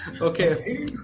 Okay